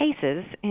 cases